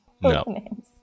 no